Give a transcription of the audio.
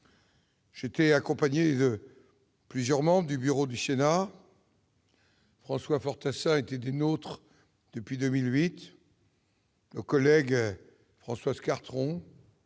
J'étais accompagné de plusieurs membres du bureau du Sénat, dont François Fortassin était membre depuis 2008, nos collègues Françoise Cartron